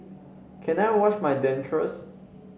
can I wash my dentures